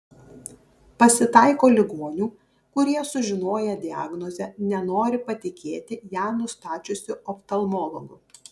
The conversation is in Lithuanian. pasitaiko ligonių kurie sužinoję diagnozę nenori patikėti ją nustačiusiu oftalmologu